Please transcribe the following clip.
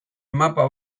mapa